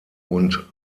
und